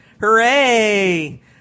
Hooray